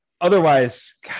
Otherwise